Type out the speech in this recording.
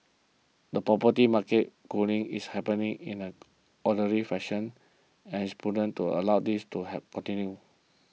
the property market cooling is happening in an orderly fashion and it is prudent to allow this to have continue